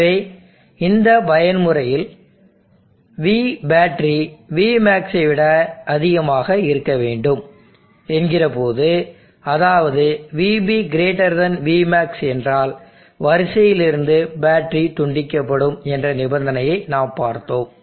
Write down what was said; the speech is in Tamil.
எனவே இந்த பயன்முறையில் V பேட்டரி Vmaxஐவிட அதிகமாக இருக்க வேண்டும் என்கிறபோது அதாவது VB Vmax என்றால் வரிசையிலிருந்து பேட்டரி துண்டிக்கப்படும் என்ற நிபந்தனையை நாம் பார்த்தோம்